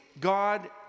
God